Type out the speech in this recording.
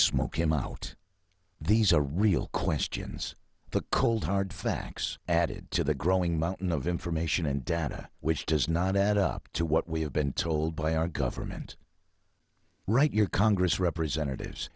smoke him out these are real questions the cold hard facts added to the growing mountain of information and data which does not add up to what we have been told by our government write your congress representatives